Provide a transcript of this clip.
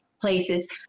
places